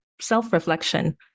self-reflection